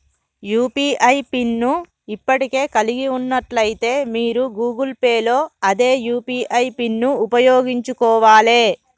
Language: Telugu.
యూ.పీ.ఐ పిన్ ను ఇప్పటికే కలిగి ఉన్నట్లయితే మీరు గూగుల్ పే లో అదే యూ.పీ.ఐ పిన్ను ఉపయోగించుకోవాలే